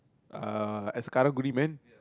uh as a Karang-Guni man